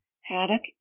haddock